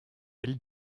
elle